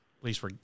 Please